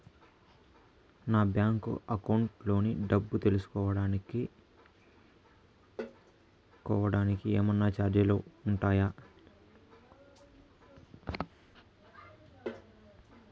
నా bank account లోని డబ్బు తెలుసుకోవడానికి కోవడానికి ఏమన్నా చార్జీలు ఉంటాయా?